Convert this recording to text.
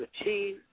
achieve